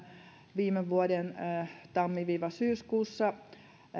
viime vuoden tammi syyskuussa